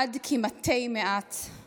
עד כי מתי מעט /